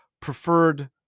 Preferred